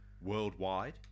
worldwide